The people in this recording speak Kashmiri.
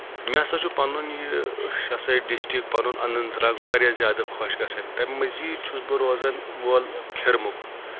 مےٚ ہَسا چھُ پَنُن یہِ ہسا یہِ ڈِسٹرک پَنُن اننت ناگ واریاہ زیادٕ خۄش گژھان تَمہِ مٔزیٖد چھُس بہٕ روزن وول کھِرمُک